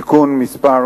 (תיקון מס'